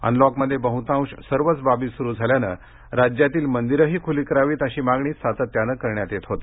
अनलॉकमध्ये बहुतेक सर्वच बाबी सुरु झाल्यानं राज्यातील मंदिरही खुली करावीत अशी मागणी सातत्याने करण्यात येत होती